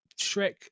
shrek